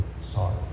sorry